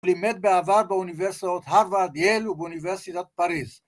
‫לימד בעבר באוניברסיטאות ‫הרווארדיאל ובאוניברסיטת פריז.